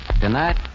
Tonight